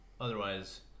Otherwise